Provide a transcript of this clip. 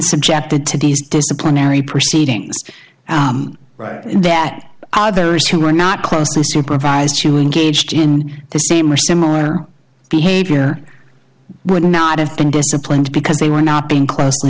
subjected to these disciplinary proceedings and that others who were not close to supervised who engaged in the same or similar behavior would not have been disciplined because they were not being closely